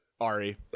Ari